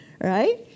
right